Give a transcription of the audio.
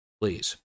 please